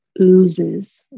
oozes